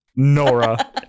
Nora